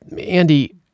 Andy